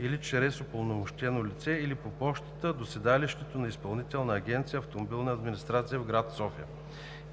или чрез упълномощено лице, или по пощата до седалището на Изпълнителна агенция „Автомобилна администрация“ в град София